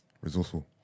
resourceful